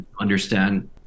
understand